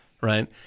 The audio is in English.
Right